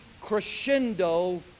crescendo